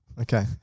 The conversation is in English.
Okay